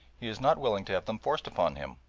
he is not willing to have them forced upon him,